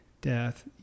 death